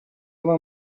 вам